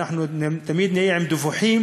ואנחנו תמיד נהיה עם דיווחים,